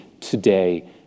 today